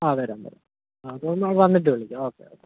ആ വരാം വരാം അത് എന്നാൽ വന്നിട്ട് വിളിക്കാം ഓക്കെ ഓക്കെ